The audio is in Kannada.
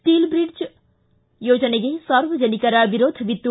ಸ್ಟೀಲ್ ಬ್ರಿಡ್ಜ್ ಯೋಜನೆಗೆ ಸಾರ್ವಜನಿಕರ ವಿರೋಧವಿತ್ತು